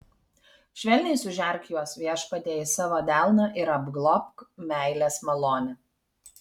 švelniai sužerk juos viešpatie į savo delną ir apglobk meilės malone